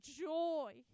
joy